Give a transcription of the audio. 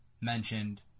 mentioned